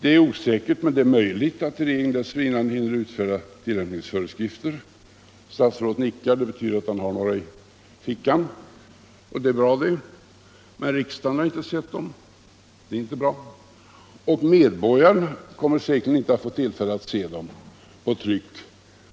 Det är möjligt — ehuru det är osäkert — att regeringen dessförinnan hinner utfärda tillämpningsföreskrifter. Statsrådet nickar — det betyder att han har sådana i fickan. Det är bra det, men riksdagen har inte sett dem. Det är inte bra. Medborgarna kommer säkerligen inte att få tillfälle att se dem i tryck